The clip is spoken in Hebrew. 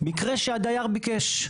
מקרה שהדייר ביקש.